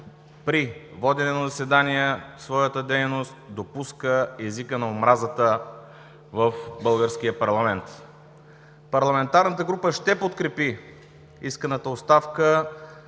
при водене на заседания в своята дейност допуска езика на омразата в българския парламент. Парламентарната група ще подкрепи исканата оставка,